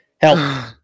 Help